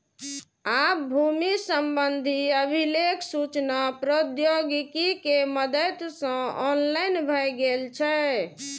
आब भूमि संबंधी अभिलेख सूचना प्रौद्योगिकी के मदति सं ऑनलाइन भए गेल छै